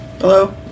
Hello